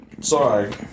Sorry